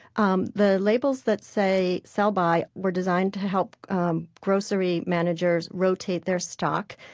um the labels that say sell by were designed to help grocery managers rotate their stock.